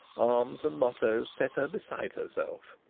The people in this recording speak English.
arms and mottoes set her beside herself.